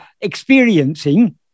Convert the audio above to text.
experiencing